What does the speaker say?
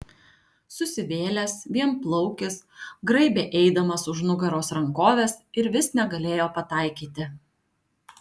susivėlęs vienplaukis graibė eidamas už nugaros rankoves ir vis negalėjo pataikyti